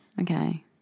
Okay